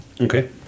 Okay